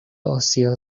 آسیا